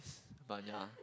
but yeah